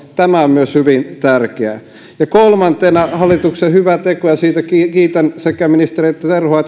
tämä on hyvin tärkeää ja kolmantena hallituksen hyvä teko siitä kiitän sekä ministeri terhoa että